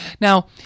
Now